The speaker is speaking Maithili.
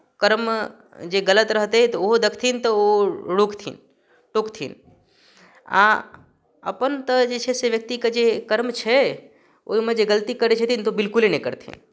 कर्म जे गलत रहतै तऽ ओ देखथिन तऽ ओ रोकथिन टोकथिन आ अपन तऽ जे छै से व्यक्तिके जे कर्म छै ओहिमे जे गलती करै छथिन तऽ बिलकुले नहि करथिन